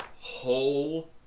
whole